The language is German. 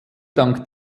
dank